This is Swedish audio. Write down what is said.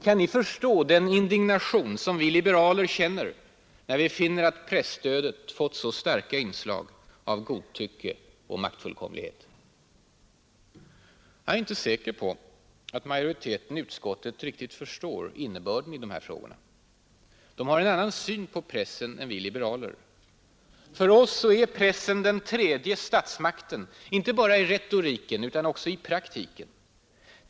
Kan ni förstå den indignation som vi liberaler känner när vi finner att presstödet fått så starka inslag av godtycke och maktfullkomlighet? Jag är inte säker på att majoriteten i utskottet riktigt förstår innebörden i de frågorna. De har en annan syn på pressen än vi liberaler. För oss är pressen den tredje statsmakten inte bara i retoriken utan också i praktiken.